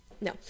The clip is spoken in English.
No